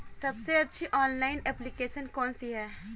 सबसे अच्छी online application कौन सी है?